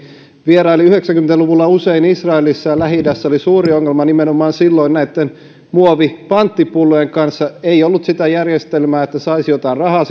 vieraili yhdeksänkymmentä luvulla usein israelissa ja lähi idässä oli suuri ongelma nimenomaan silloin näitten muovipanttipullojen kanssa ei ollut sitä järjestelmää että saisi jotain rahaa